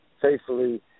faithfully